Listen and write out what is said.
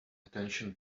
attention